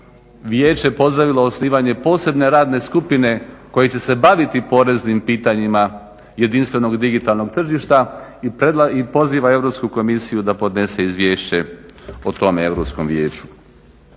Vijeće pozdravilo osnivanje posebne radne skupine koje će se baviti poreznim pitanjima jedinstvenog digitalnog tržišta i poziva Europsku komisiju da podnese izvješće o tome Europskom vijeću.